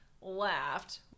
laughed